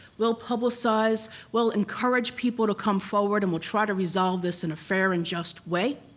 we'll publicize, we'll encourage people to come forward and we'll try to resolve this in a fair and just way.